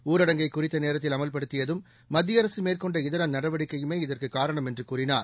ஊரடங்கை குறித்த நேரத்தில் அமல்படுத்தியதும் மத்தியஅரசு மேற்கொண்ட இதர நடவடிக்கையுமே இதற்குக் காரணம் என்று கூறினார்